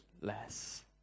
less